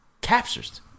captures